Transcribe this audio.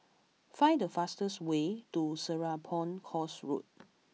find the fastest way to Serapong Course Road